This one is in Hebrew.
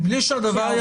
מבלי שהדבר,